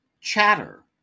Chatter